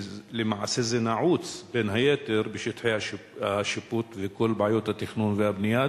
שלמעשה זה נעוץ בין היתר בשטחי השיפוט וכל בעיות התכנון והבנייה.